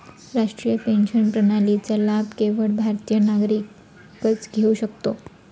राष्ट्रीय पेन्शन प्रणालीचा लाभ केवळ भारतीय नागरिकच घेऊ शकतो